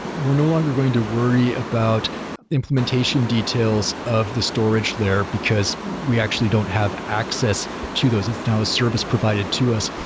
we're no longer going to worry about the implementation details of the storage layer, because we actually don't have access to those. it's now service provided to us.